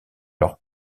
leurs